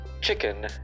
chicken